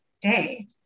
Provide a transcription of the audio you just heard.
day